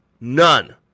none